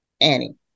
Annie